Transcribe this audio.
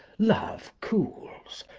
love cools,